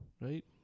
right